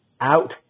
out